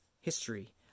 history